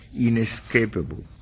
inescapable